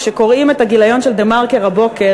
כשקוראים את הגיליון של "דה-מרקר" מהבוקר,